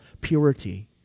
purity